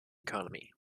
economy